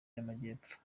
y’amajyepfo